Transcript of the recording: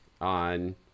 on